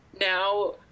now